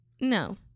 no